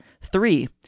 Three